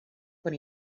con